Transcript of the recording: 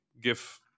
give